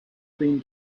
been